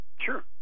sure